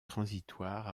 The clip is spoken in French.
transitoire